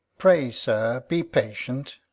pray, sir, be patient.